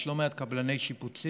יש לא מעט קבלני שיפוצים,